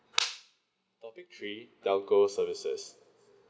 topic three telco services